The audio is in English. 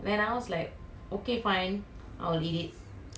this one like the korean spicy noodle lah